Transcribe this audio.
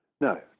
No